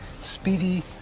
speedy